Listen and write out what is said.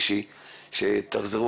שריכזתי